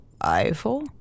Eiffel